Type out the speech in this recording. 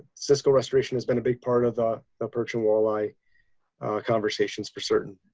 cisco restoration has been a big part of the the perch and walleye conversations for certain.